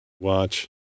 watch